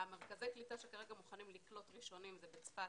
מרכזי הקליטה שכרגע מוכנים לקלוט ראשונים זה בצפת,